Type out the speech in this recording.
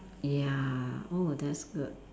ya oh that's good